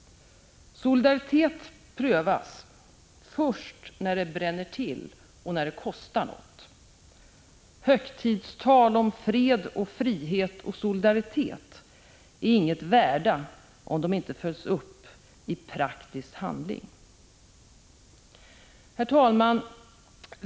Solidaritet prövas först när det bränner till och när det kostar något. Hösgtidstal om fred, frihet och solidaritet är inget värda om de inte följs upp i praktisk handling. Herr talman!